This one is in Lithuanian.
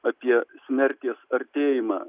apie smerties artėjimą